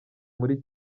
muri